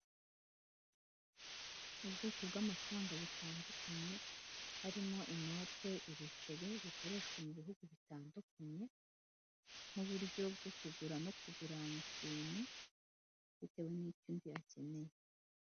Ubwoko bw'amafaranga butandukanye harimo inote, ibiceri bikoreshwa mu bihugu bitandukanye nk'uburyo bwo kugura no kugurana ikintu bitewe n'icyo undi akeneye.